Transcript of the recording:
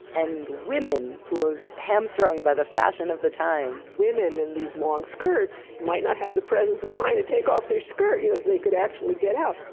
and women who are hamstrung by the fashion of the time. women in these long skirts might not have the presence of mind to take off their skirts unless they could actually get out.